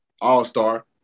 all-star